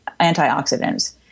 antioxidants